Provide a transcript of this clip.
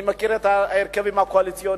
אני מכיר את ההרכבים הקואליציוניים,